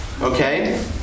Okay